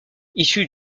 issue